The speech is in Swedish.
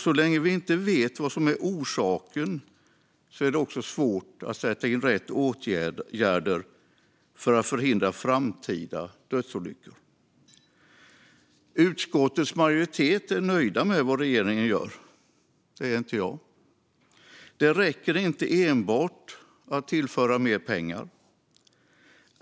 Så länge vi inte vet vad som är orsaken är det också svårt att sätta in rätt åtgärder för att förhindra framtida dödsolyckor. Utskottets majoritet är nöjda med vad regeringen gör. Det är inte jag. Det räcker inte att enbart tillföra mer pengar.